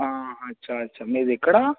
అచ్చా అచ్చా మీది ఎక్కడ